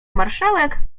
marszałek